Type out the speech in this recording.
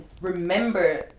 remember